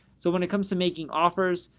so when it comes to making offers,